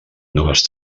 noves